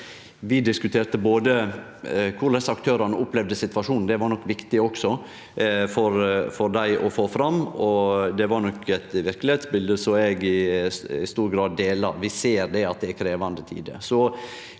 Vi diskuterte m.a. korleis aktørane opplevde situasjonen. Det var nok viktig også for dei å få fram, og det var eit verkelegheitsbilde som eg i stor grad deler. Vi ser at det er krevjande tider.